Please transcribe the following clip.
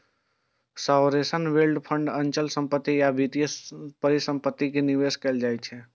sovereign wealth fund के अचल संपत्ति आ वित्तीय परिसंपत्ति मे निवेश कैल जाइ छै